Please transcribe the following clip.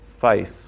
faith